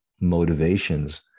motivations